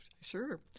Sure